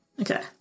Okay